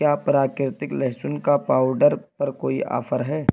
کیا پراکرتک لہسن کا پاؤڈر پر کوئی آفر ہے